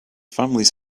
families